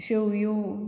शेव्यो